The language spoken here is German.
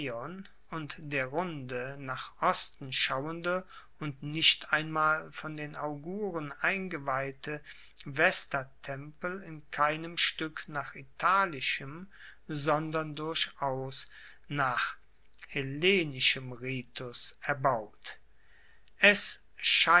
und der runde nach osten schauende und nicht einmal von den auguren eingeweihte vestatempel in keinem stueck nach italischem sondern durchaus nach hellenischem ritus erbaut es